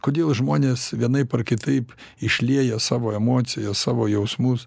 kodėl žmonės vienaip ar kitaip išlieja savo emocijas savo jausmus